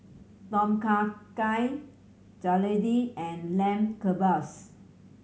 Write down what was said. Tom Kha Gai Jalebi and Lamb Kebabs